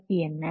மதிப்பு என்ன